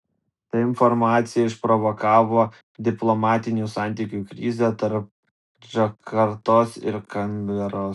ta informacija išprovokavo diplomatinių santykių krizę tarp džakartos ir kanberos